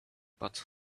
but